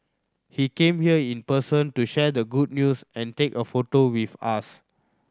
he came here in person to share the good news and take a photo with us